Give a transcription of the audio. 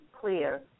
clear